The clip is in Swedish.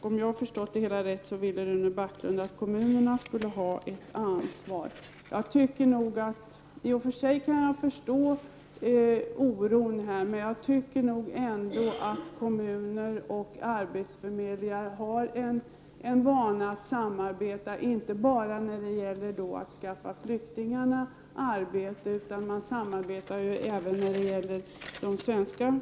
Om jag förstod Rune Backlund rätt ville han att kommunerna skulle ha ett ansvar. I och för sig kan jag förstå oron, men jag tycker ändå att kommuner och arbetsförmedlingar har en vana att samarbeta, och det inte bara när det gäller att skaffa arbete till flyktingarna. Man samarbetar ju även när det gäller svenskar.